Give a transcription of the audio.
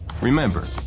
Remember